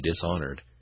dishonored